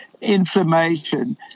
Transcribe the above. inflammation